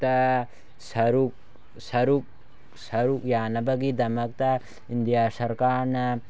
ꯇ ꯁꯔꯨꯛ ꯌꯥꯅꯕꯒꯤꯗꯃꯛꯇ ꯏꯟꯗꯤꯌꯥ ꯁꯔꯀꯥꯔꯅ